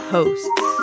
Hosts